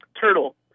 Turtle